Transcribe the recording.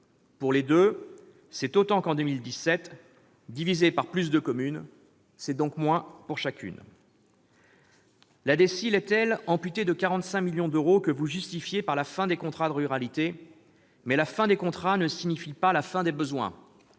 pour ces deux dotations, c'est autant qu'en 2017, mais divisé par plus de communes : c'est donc moins pour chacune. La DSIL est, elle, amputée de 45 millions d'euros, ce que vous justifiez par la fin des contrats de ruralité ; mais la fin des contrats ne signifie pas la fin des besoins.